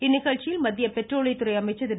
இந்நிகழ்ச்சியில் மத்திய பெட்ரோலியத்துறை அமைச்சர் திரு